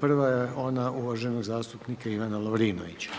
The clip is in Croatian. Prva je ona uvaženog zastupnika Ivana Lovrinovića.